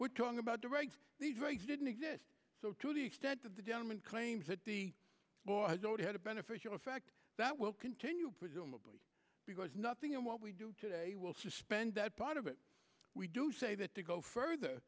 we're talking about the regs these rights didn't exist so to the extent that the gentleman claims that the boy has already had a beneficial effect that will continue presumably because nothing in what we do today will suspend that part of it we do say that to go further